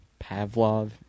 Pavlov